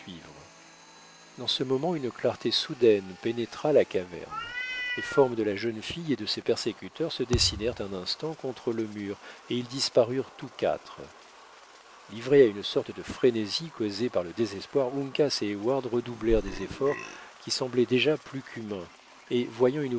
dans ce moment une clarté soudaine pénétra la caverne les formes de la jeune fille et de ses persécuteurs se dessinèrent un instant contre le mur et ils disparurent tous quatre livrés à une sorte de frénésie causée par le désespoir uncas et heyward redoublèrent des efforts qui semblaient déjà plus qu'humains et voyant une